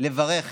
לברך